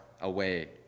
away